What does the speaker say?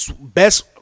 Best